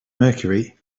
mercury